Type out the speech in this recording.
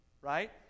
Right